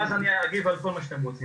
ואז אני אגיב כעל כל מה שאתם רוצים.